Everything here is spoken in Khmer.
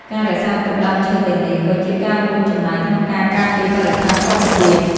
ការរក្សាទុកដើមឈើទាំងនេះក៏ជាការរួមចំណែកក្នុងការការពារបរិស្ថានធម្មជាតិ។